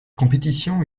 compétition